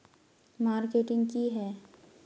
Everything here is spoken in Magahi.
मार्केटिंग की है?